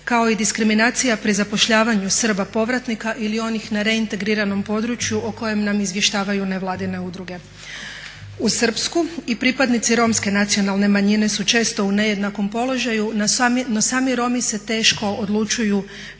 kao i diskriminacija pri zapošljavanju Srba povratnika ili onih na reintegriranom području o kojima nam izvještavaju nevladine udruge. Uz Srpsku i pripadnici Romske nacionalne manjine su često u nejednakom položaju no sami Romi se teško odlučuju prijaviti